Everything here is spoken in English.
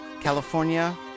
California